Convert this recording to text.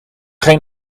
geen